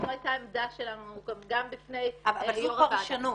וזו היתה העמדה שלנו גם בפני יו"ר הוועדה --- אבל זו פרשנות.